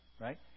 right